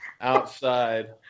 outside